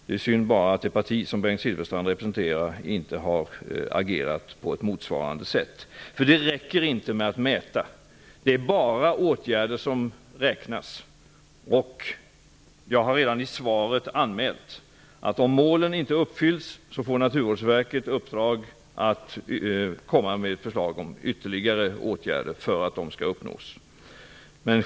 Det är synd att det parti som Bengt Silfverstrand representerar inte har agerat därefter. Det räcker inte med att mäta. Det är åtgärderna som räknas. Jag har redan i svaret anmält att om målen inte uppfylls, får Naturvårdsverket i uppdrag att komma med ett förslag om ytterligare åtgärder för att målen skall uppnås.